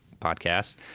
podcast